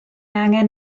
angen